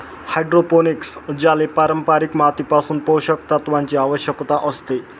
hydroponic ज्याला पारंपारिक मातीपासून पोषक तत्वांची आवश्यकता असते